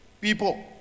people